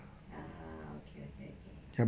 ah okay okay okay